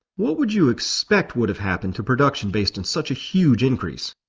what would you expect would have happened to production based on such a huge increase?